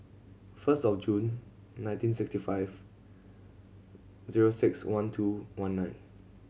first of June nineteen sixty five zero six one two one nine